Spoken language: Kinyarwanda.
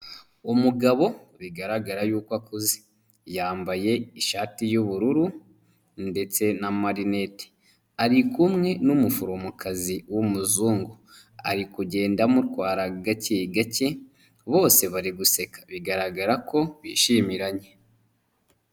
Umugabo bigaragara y'uko akuze yambaye ishati y'ubururu ndetse n'amarinete, ari kumwe n'umuforomokazi w'umuzungu, ari kugenda amutwara gake gake bose bari guseka, bigaragara ko bishimiranye.